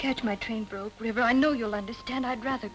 catch my train broke river i know you'll understand i'd rather